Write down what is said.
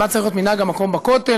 מה צריך להיות מנהג המקום בכותל,